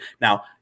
Now